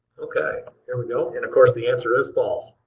okay. there we go. and of course the answer is false.